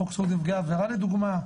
חוק זכויות נפגעי עבירה לדוגמא,